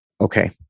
Okay